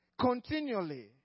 continually